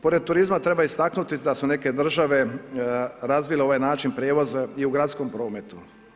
Pored turizma treba istaknuti da su neke države razvile ovaj način prijevoza i u gradskom prometu.